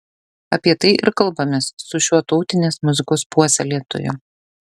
apie tai ir kalbamės su šiuo tautinės muzikos puoselėtoju